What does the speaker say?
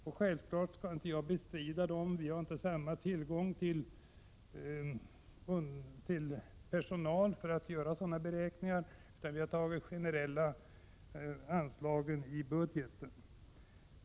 Jag skall inte bestrida dem. Vi har inte samma tillgång till personal för att göra sådana beräkningar. Vi har utgått från de generella anslagen i budgeten.